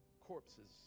corpses